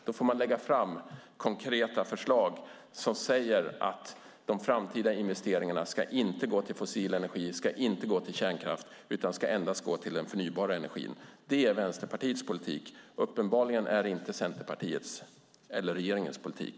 Då får man lägga fram konkreta förslag som säger att de framtida investeringarna inte ska gå till fossil energi. De ska inte gå till kärnkraft, utan de ska endast gå till den förnybara energin. Det är Vänsterpartiets politik. Uppenbarligen är det inte Centerpartiets eller regeringens politik.